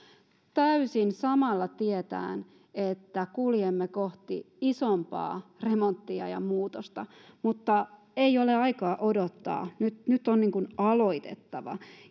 samalla täysin tietäen että kuljemme kohti isompaa remonttia ja muutosta mutta ei ole aikaa odottaa nyt nyt on aloitettava